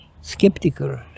Skeptical